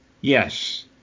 Yes